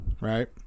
right